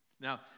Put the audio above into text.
Now